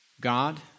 God